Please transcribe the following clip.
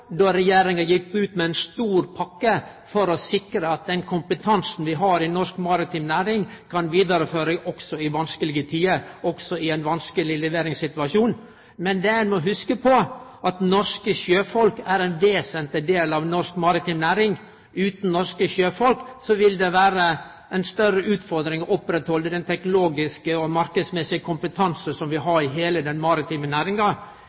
då Regjeringa gjekk ut med ei stor pakke for å sikre at den kompetansen vi har i norsk maritim næring, kan vidareførast også i vanskelege tider, også i ein vanskeleg leveringssituasjon. Men det ein må hugse på, er at norske sjøfolk er ein vesentleg del av norsk maritim næring. Utan norske sjøfolk vil det vere ei større utfordring å halde oppe den teknologiske og marknadsmessige kompetansen som vi har i heile den maritime næringa.